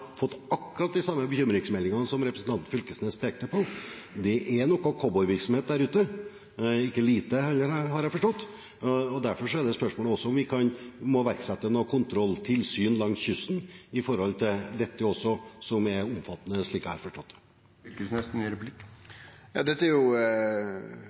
fått akkurat de samme bekymringsmeldingene som representanten Knag Fylkesnes pekte på. Det er cowboyvirksomhet der ute – ikke så lite heller, har jeg forstått – og derfor er det et spørsmål om vi må iverksette kontroll og tilsyn langs kysten av dette, som er omfattende, slik jeg har forstått det. Det er ei aukande mengd. Vi får fleire og fleire rapportar om utlendingar som kjem til